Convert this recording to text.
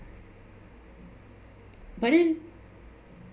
but then